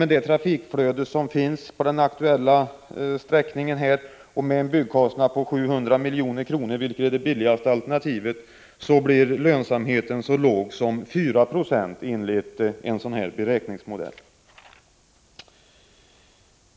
Med det trafikflöde som finns på den aktuella sträckningen och med en byggkostnad på 700 milj.kr., vilket är det billigaste alternativet, blir lönsamheten enligt den beräkningsmodell jag här angivit så låg som 4 96.